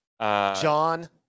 John